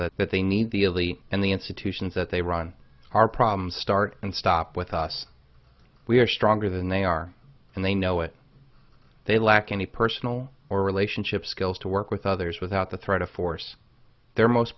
that they need the only and the institutions that they run our problems start and stop with us we are stronger than they are and they know it they lack any personal or relationship skills to work with others without the threat of force their most